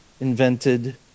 invented